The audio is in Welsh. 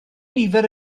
nifer